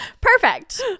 perfect